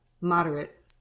moderate